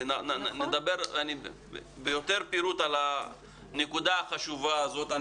נדבר בפירוט על הנקודה החשובה זאת.